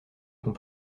qu’on